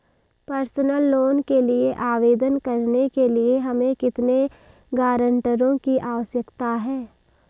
Personal loan के लिए आवेदन करने के लिए हमें कितने गारंटरों की आवश्यकता है?